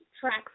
tracks